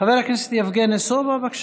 חבר הכנסת יבגני סובה, בבקשה.